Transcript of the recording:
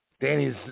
Danny's